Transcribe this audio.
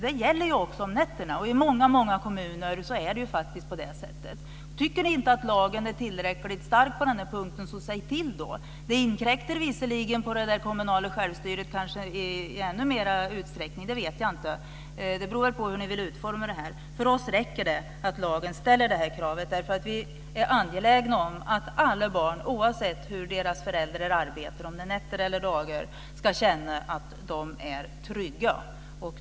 Det gäller också på nätterna. I många kommuner är det på det sättet. Tycker ni inte att lagen är tillräckligt stark på den här punkten så säg då till. Det inkräktar kanske på det kommunala självstyret i ännu större utsträckning. Det vet jag inte. Det beror på hur ni vill utforma det. För oss räcker det att lagen ställer det här kravet. Vi är angelägna om att alla barn oavsett hur deras föräldrar arbetar, nätter eller dagar, ska känna att de är trygga.